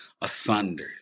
asunder